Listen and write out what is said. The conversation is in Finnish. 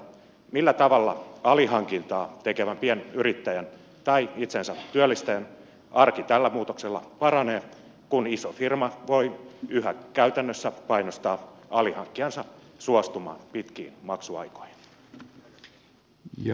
millä tavalla alihankintaa tekevän pienyrittäjän tai itsensätyöllistäjän arki tällä muutoksella paranee kun iso firma voi yhä käytännössä painostaa alihankkijansa suostumaan pitkiin maksuaikoihin